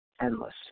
endless